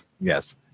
Yes